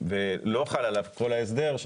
ולא חל עליו כל ההסדר,